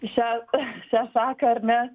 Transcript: šią šią šaką ar ne